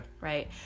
Right